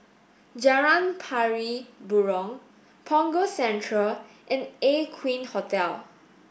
Jalan Pari Burong Punggol Central and Aqueen Hotel